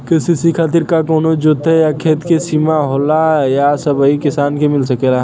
KCC खातिर का कवनो जोत या खेत क सिमा होला या सबही किसान के मिल सकेला?